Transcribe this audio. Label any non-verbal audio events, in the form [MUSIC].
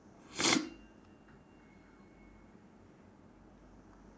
[BREATH]